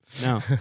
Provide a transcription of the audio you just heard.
No